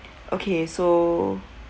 okay so